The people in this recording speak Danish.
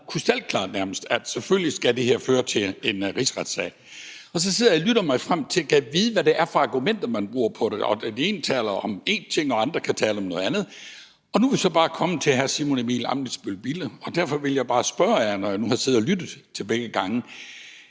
her selvfølgelig skal føre til en rigsretssag. Så sidder jeg og lytter mig frem til, hvad det er for nogle argumenter, man bruger for det. Den ene taler om en ting, andre taler om noget andet, og nu er vi så kommet til hr. Simon Emil Ammitzbøll-Bille. Derfor vil jeg bare spørge, når jeg nu har siddet og lyttet til debatten